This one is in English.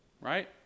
Right